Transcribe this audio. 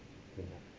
yeah